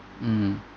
mm